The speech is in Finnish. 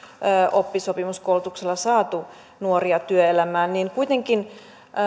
oppisopimuskoulutuksella saatu nuoria työelämään niin onko kuitenkin